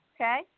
okay